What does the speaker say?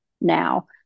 now